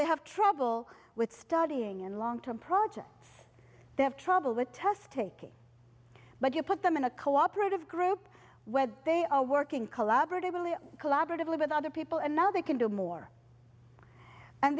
they have trouble with studying and long term projects they have trouble with test taking but you put them in a cooperative group where they are working collaboratively collaboratively with other people and now they can do more and